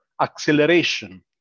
acceleration